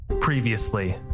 Previously